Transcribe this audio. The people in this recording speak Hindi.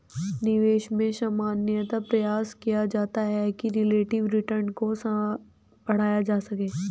निवेश में सामान्यतया प्रयास किया जाता है कि रिलेटिव रिटर्न को बढ़ाया जा सके